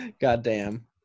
Goddamn